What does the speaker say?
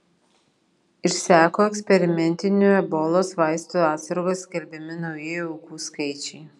išseko eksperimentinių ebolos vaistų atsargos skelbiami nauji aukų skaičiai